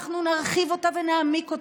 אנחנו נרחיב אותה ונעמיק אותה.